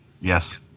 Yes